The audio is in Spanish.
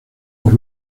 por